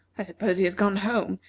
i suppose he has gone home.